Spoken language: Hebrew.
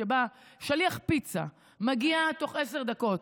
שבה שליח פיצה מגיע תוך עשר דקות,